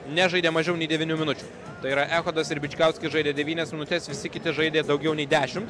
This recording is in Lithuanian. nežaidė mažiau nei devynių minučių tai yra echodas ir bičkauskis žaidė devynias minutes visi kiti žaidė daugiau nei dešimt